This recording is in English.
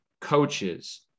coaches